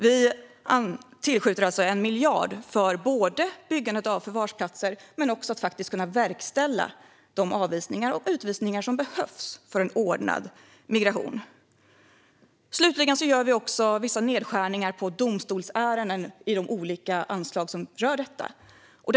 Vi tillskjuter alltså 1 miljard kronor både för att det ska kunna byggas förvarsplatser och för att de avvisningar och utvisningar som behövs för en ordnad migration ska kunna verkställas. Slutligen gör vi också vissa nedskärningar på olika anslag som rör domstolsärenden.